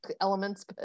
elements